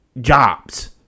jobs